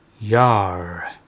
Yar